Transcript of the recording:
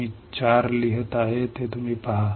मी 4 लिहित आहे ते तुम्ही पहा